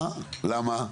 למה?